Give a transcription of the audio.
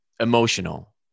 emotional